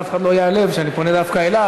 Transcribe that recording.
שאף אחד לא ייעלב שאני פונה דווקא אליו,